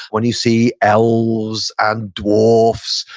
when you see elves and dwarves,